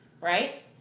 right